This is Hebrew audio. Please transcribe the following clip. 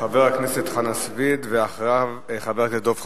חבר הכנסת חנא סוייד, ואחריו, חבר הכנסת דב חנין.